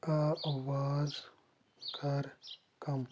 آواز کر کم